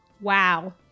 Wow